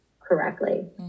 correctly